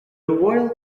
royal